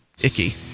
icky